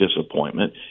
disappointment